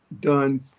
done